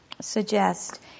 suggest